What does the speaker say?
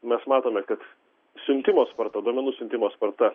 mes matome kad siuntimo sparta duomenų siuntimo sparta